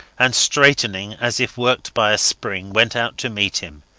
and straightening as if worked by a spring, went out to meet him,